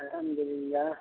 الحمد للہ